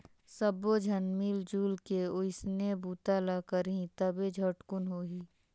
सब्बो झन मिलजुल के ओइसने बूता ल करही तभे झटकुन होही